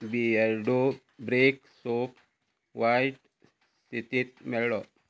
Beardo break सोप वायट स्थितींत मेळ्ळो